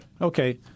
Okay